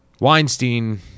Weinstein